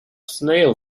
snail